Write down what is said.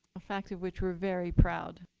a factor of which we're very proud,